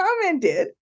commented